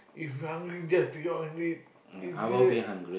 if you hungry just take out and eat easier